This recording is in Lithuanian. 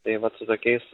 tai vat su tokiais